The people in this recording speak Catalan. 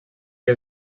que